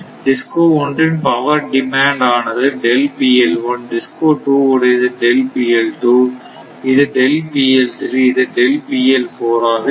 DISCO 1 இன் power demand ஆனது DISCO 2 உடையது இதுமற்றும் இது ஆக இருக்கும்